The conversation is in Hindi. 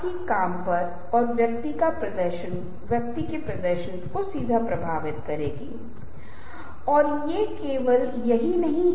तो हम कहते हैं कि कोई व्यक्ति एक व्यापारिक सौदा कर रहा है और जब वह बना रहा है कि वह पेशेवरों और विपक्ष दोनों को इंगित करेगा लेकिन फिर भी मुकदमा अधिक प्रतीत होता है